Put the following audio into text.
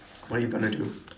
what you gonna do